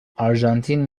آرژانتین